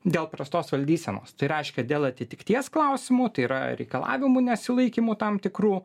dėl prastos valdysenos tai reiškia dėl atitikties klausimų tai yra reikalavimų nesilaikymų tam tikrų